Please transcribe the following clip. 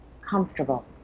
comfortable